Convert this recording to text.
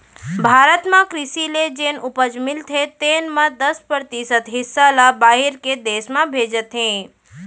भारत म कृसि ले जेन उपज मिलथे तेन म दस परतिसत हिस्सा ल बाहिर के देस में भेजत हें